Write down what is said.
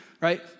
right